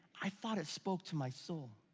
i thought it spoke to my soul.